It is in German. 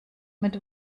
mit